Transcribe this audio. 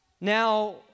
Now